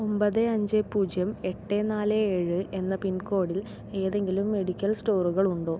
ഒമ്പത് അഞ്ച് പൂജ്യം എട്ട് നാല് ഏഴ് എന്ന പിൻകോഡിൽ ഏതെങ്കിലും മെഡിക്കൽ സ്റ്റോറുകൾ ഉണ്ടോ